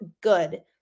good